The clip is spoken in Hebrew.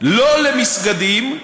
לא למסגדים,